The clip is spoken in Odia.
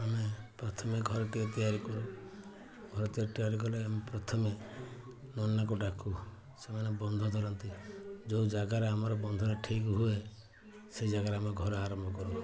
ଆମେ ପ୍ରଥମେ ଘରଟିଏ ତିଆରି କରୁ ଘରଟିଏ ତିଆରି କଲେ ଆମେ ପ୍ରଥମେ ନନାଙ୍କୁ ଡାକୁ ସେମାନେ ବନ୍ଧ ଧରନ୍ତି ଯେଉଁ ଜାଗାରେ ଆମର ବନ୍ଧଟା ଠିକ ହୁଏ ସେଇ ଜାଗାରେ ଆମେ ଘର ଆରମ୍ଭ କରୁ